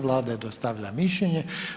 Vlada je dostavila mišljenje.